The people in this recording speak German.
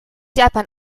japan